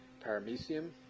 Paramecium